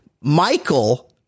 Michael